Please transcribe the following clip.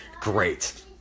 great